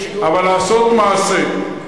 אבל, לעשות מעשה.